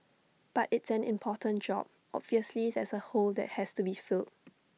but it's an important job obviously there's A hole that has to be filled